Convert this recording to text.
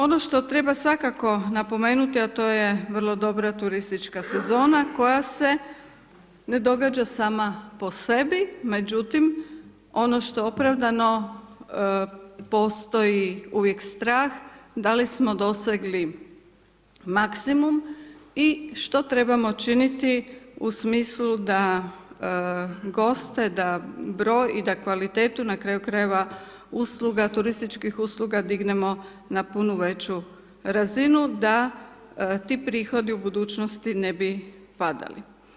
Ono što treba svakako napomenuti, a to je vrlo dobra turistička sezona, koja se ne događa sama po sebi, međutim, ono što opravdano postoji, uvijek strah, da li smo dosegli maksimum i što trebamo činiti u smislu da goste, da broj i da kvalitetu na kraju krajeva usluga, turističkih usluga dignemo na puno veću razinu da ti prihodi u budućnosti ne bi padali.